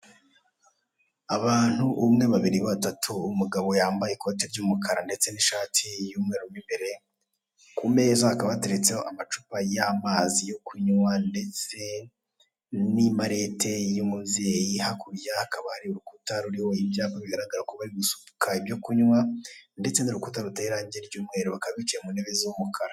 Abagore babiri bicaranye ku ruhande rw'iburyo, bari kureba umugabo wambaye ikote ry'umukara uri imbere yabo. Bameze nk'abari mu nama kuko uwo mugabo ari kuvuga bakandika. Ku meza ari imbere yabo hari uducupa turimo amazi yo kunywa.